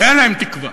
אין להם תקווה.